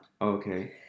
Okay